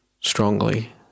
strongly